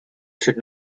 should